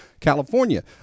california